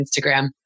Instagram